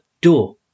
door